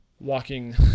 walking